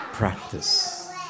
practice